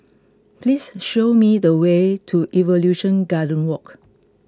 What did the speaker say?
please show me the way to Evolution Garden Walk